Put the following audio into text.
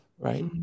right